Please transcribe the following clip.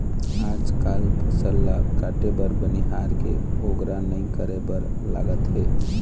आजकाल फसल ल काटे बर बनिहार के अगोरा नइ करे बर लागत हे